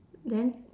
then